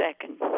second